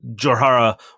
Jorhara